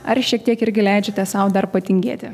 ar šiek tiek irgi leidžiate sau dar patingėti